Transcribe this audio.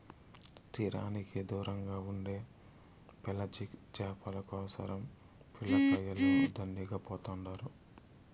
తీరానికి దూరంగా ఉండే పెలాజిక్ చేపల కోసరం పిల్లకాయలు దండిగా పోతుండారు